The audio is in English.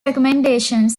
recommendation